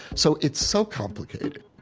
so it's so complicated